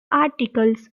articles